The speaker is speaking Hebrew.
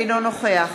אינו נוכח